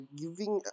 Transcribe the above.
giving